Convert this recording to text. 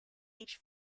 each